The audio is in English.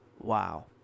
wow